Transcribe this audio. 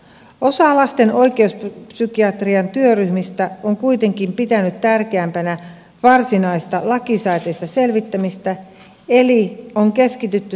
osa lasten oikeuspsykiatrian työryhmistä on kuitenkin pitänyt tärkeämpänä varsinaista lakisääteistä selvittämistä eli on keskitytty seksuaalirikosten selvittämiseen